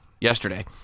yesterday